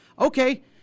Okay